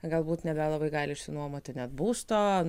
galbūt nebelabai gali išsinuomoti net būsto